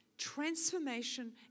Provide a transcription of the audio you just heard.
transformation